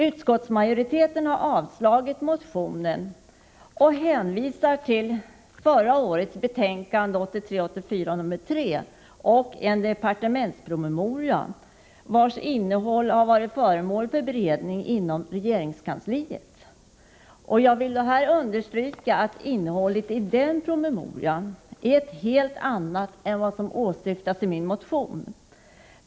Utskottsmajoriteten har avstyrkt motionen och hänvisar till betänkandet 1983/84:3 och en departementspromemoria, vars innehåll varit föremål för beredning inom regeringskansliet. Jag vill understryka att innehållet i den promemorian är ett helt annat än vad som åsyftas i min motion.